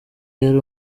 yari